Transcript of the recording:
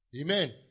Amen